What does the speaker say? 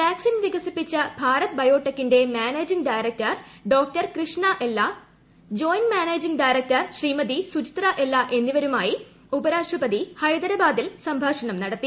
vaccine വികസിപ്പിച്ച ഭാരത് ബയോടെക്കിന്റെ managing director doctor Krishna joint managing director Shrimati Suchitra Ella Ella എന്നിവരുമായി ഉപരാഷ്ട്രപതി ഹൈദരാബാദിൽ സംഭാഷണം നടത്തി